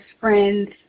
friends